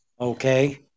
okay